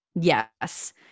Yes